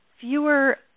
fewer